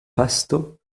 fasto